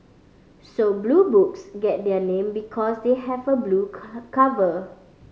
so Blue Books get their name because they have a blue cover